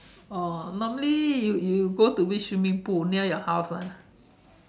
oh normally you you go to which swimming pool near your house [one]